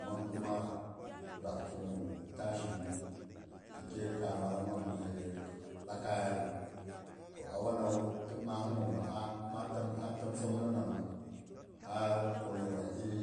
Mang kama bak kigu ta shinunghu ti kye kamada mang hin ɓakaiyaddu to a wanawu ti maahgu a ma tim sok mi namu ha kuni wan iri